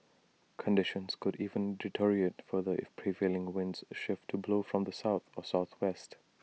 conditions could even deteriorate further if prevailing winds shift to blow from the south or southwest